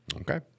Okay